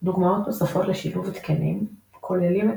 דוגמאות נוספות לשילוב התקנים כוללים את